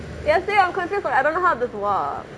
yesterday I'm confused like I don't know how this works